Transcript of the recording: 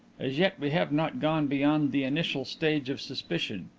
as yet we have not gone beyond the initial stage of suspicion.